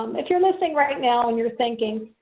um if you're listening right now and you're thinking,